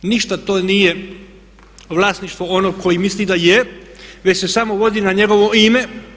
Ništa to nije vlasništvo onog koji misli da je već se samo vodi na njegovo ime.